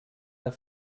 der